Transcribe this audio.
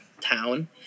town